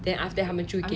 then after that 他们就会给你